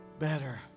better